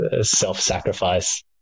self-sacrifice